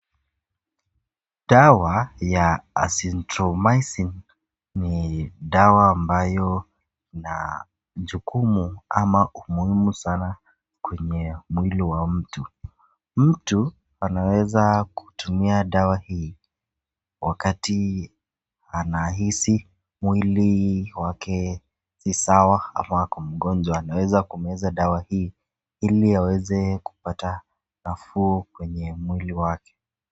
Dawa ya azithromycin ni dawa ambayo ina jukumu ama umuhimu sana kwenye mwili wa mtu. Mtu anaweza kutumia dawa hii wakati anahisi mwili wake si sawa ama ako mgonjwa. Anaweza kumeza dawa hii ili aweze kupata nafuu kwenye mwili wake.